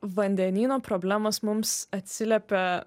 vandenyno problemos mums atsiliepia